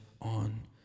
on